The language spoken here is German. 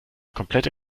komplette